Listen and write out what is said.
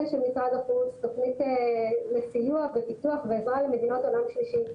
של משרד החוץ תוכנית לסיוע ופיתוח ועזרה למדינות העולם שלישי,